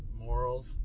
morals